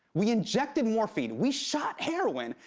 we injected morphine. we shot heroin,